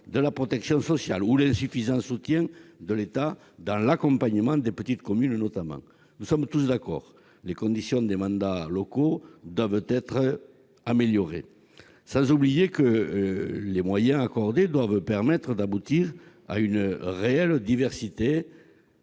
de la protection sociale, insuffisant soutien de l'État dans l'accompagnement des petites communes. Nous sommes tous d'accord : les conditions des mandats locaux doivent être améliorées. En outre, les moyens accordés doivent permettre d'aboutir à une réelle diversité